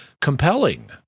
compelling